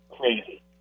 crazy